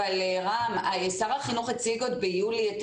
אבל שר החינוך הציג עוד ביולי את